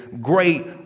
great